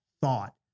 thought